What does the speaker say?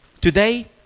Today